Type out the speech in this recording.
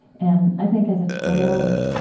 and i think, as a child,